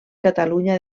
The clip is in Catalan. catalunya